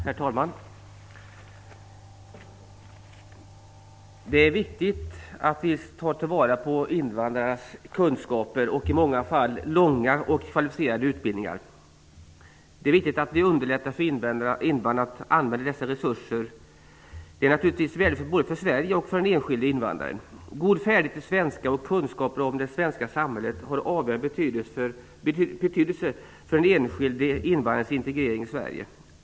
Herr talman! Det är viktigt att vi tar tillvara invandrarnas kunskaper och i många fall långa och kvalificerade utbildningar. Det är viktigt att vi underlättar för invandrarna att använda dessa resurser. Det är naturligtvis väldigt viktigt både för Sverige och för den enskilde invandraren. God färdighet i svenska och kunskaper om det svenska samhället har avgörande betydelse för den enskilde invandrarens integrering i Sverige.